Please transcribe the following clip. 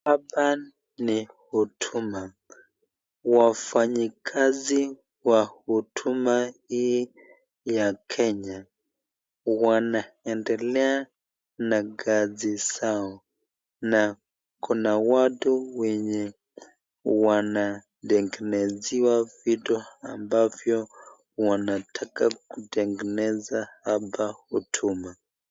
Hapa ni huduma. Wafanyikazi wa huduma hii ya Kenya wanaendelea na kazi zao na kuna watu wenye wanatengenezewa vitu ambavyo wanataka kutengeneza hapa huduma.